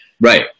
Right